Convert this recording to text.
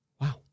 Wow